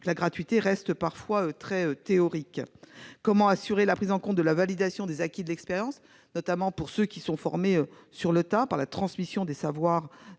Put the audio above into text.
la gratuité reste souvent théorique. Comment assurer la prise en compte de la validation des acquis de l'expérience, notamment pour ceux qui sont formés sur le tas, la transmission du savoir-faire